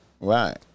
Right